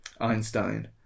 Einstein